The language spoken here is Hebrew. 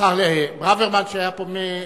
השר ברוורמן נמצא פה.